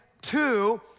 two